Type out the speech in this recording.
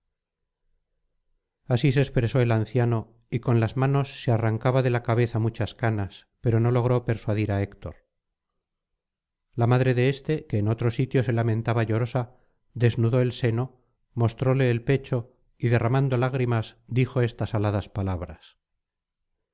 así se expresó el anciano y con las manos se arrancaba de la cabeza muchas canas pero no logró persuadir á héctor la madre de éste que en otro sitio se lamentaba llorosa desnudó el seno mostróle el pecho y derramando lágrimas dijo estas aladas palabras